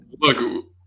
Look